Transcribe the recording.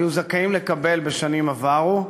היו זכאים לקבל בשנים עברו.